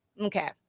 Okay